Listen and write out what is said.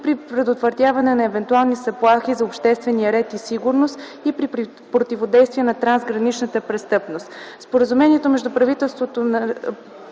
при предотвратяване на евентуални заплахи за обществения ред и сигурност и при противодействие на трансграничната престъпност.